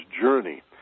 journey